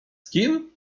kim